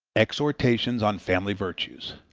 exhortations on family virtues